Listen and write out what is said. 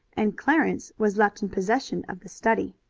and clarence was left in possession of the study.